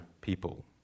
people